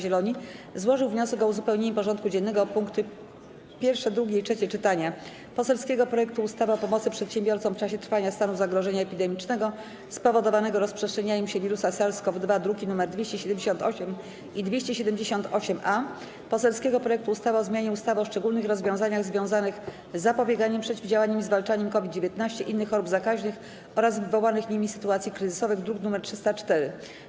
Zieloni złożył wniosek o uzupełnienie porządku dziennego o punkty: pierwsze, drugie i trzecie czytania: - poselskiego projektu ustawy o pomocy przedsiębiorcom w czasie trwania stanu zagrożenia epidemicznego spowodowanego rozprzestrzenianiem się wirusa SARS-CoV-2, druki nr 278 i 278-A, - poselskiego projektu ustawy o zmianie ustawy o szczególnych rozwiązaniach związanych z zapobieganiem, przeciwdziałaniem i zwalczaniem COVID-19, innych chorób zakaźnych oraz wywołanych nimi sytuacji kryzysowych, druk nr 304.